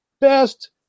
best